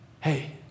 Hey